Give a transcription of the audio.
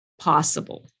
possible